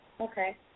Okay